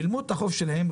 שילמו את החוב שלהם,